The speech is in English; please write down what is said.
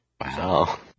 Wow